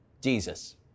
Jesus